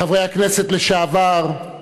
חברי הכנסת לשעבר,